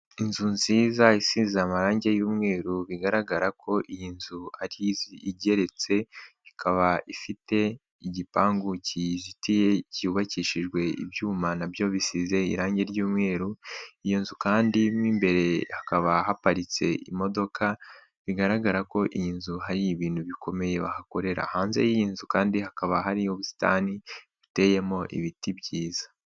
Inzu nziza isize amarange y'umweru bigaragara ko iyi nzu ari igeretse ikaba ifite igipangu kiyizitiye cyubakishijwe ibyuma nabyo bisize irangi ry'umweru, iyo nzu kandi mw'imbere hakaba haparitse imodoka bigaragara ko iyi nzu hari ibintu bikomeye bahakorera. Hanze y'iyi nzu kandi hakaba hariyo ubusitani buteyemo ibiti byiza.